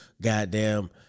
goddamn